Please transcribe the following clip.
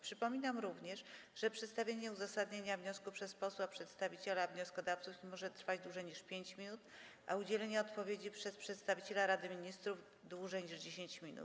Przypominam również, że przedstawienie uzasadnienia wniosku przez posła przedstawiciela wnioskodawców nie może trwać dłużej niż 5 minut, a udzielenie odpowiedzi przez przedstawiciela Rady Ministrów - dłużej niż 10 minut.